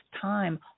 time